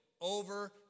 over